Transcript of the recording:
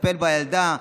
לטפל בילדה.